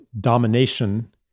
domination